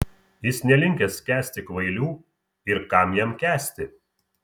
jis nelinkęs kęsti kvailių ir kam jam kęsti